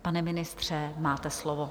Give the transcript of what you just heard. Pane ministře, máte slovo.